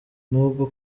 n’ubwo